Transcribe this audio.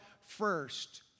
first